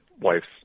wife's